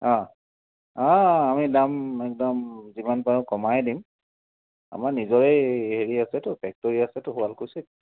অঁ অঁ অঁ অঁ আমি দাম একদম যিমান পাৰোঁ কমায়েই দিম আমাৰ নিজৰেই হেৰি আছেতো ফেক্টৰী আছেতো শুৱালকুছিত